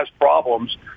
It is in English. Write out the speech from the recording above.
problems